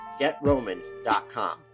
GetRoman.com